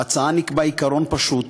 בהצעה נקבע עיקרון פשוט: